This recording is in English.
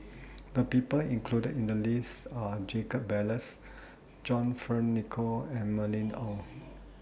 The People included in The list Are Jacob Ballas John Fearns Nicoll and Mylene Ong